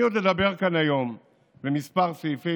אני עוד אדבר כאן היום על כמה סעיפים,